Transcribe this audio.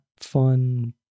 fun